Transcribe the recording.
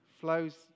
flows